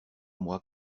moi